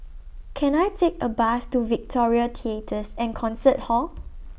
Can I Take A Bus to Victoria Theatres and Concert Hall